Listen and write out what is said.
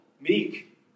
Meek